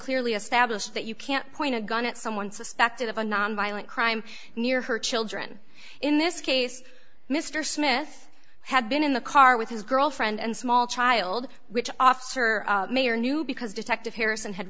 clearly established that you can't point a gun at someone suspected of a violent crime near her children in this case mr smith had been in the car with his girlfriend and small child which officer may or knew because detective harrison had